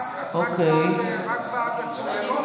רק בעד הצוללות?